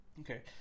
Okay